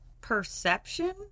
Perception